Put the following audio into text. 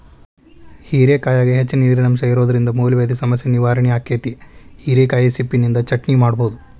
ಹೇರೆಕಾಯಾಗ ಹೆಚ್ಚಿನ ನೇರಿನಂಶ ಇರೋದ್ರಿಂದ ಮೂಲವ್ಯಾಧಿ ಸಮಸ್ಯೆ ನಿವಾರಣೆ ಆಕ್ಕೆತಿ, ಹಿರೇಕಾಯಿ ಸಿಪ್ಪಿನಿಂದ ಚಟ್ನಿ ಮಾಡಬೋದು